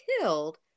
killed